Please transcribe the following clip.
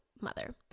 mother